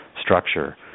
structure